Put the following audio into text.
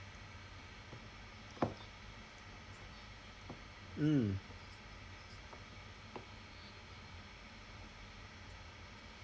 mm